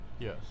Yes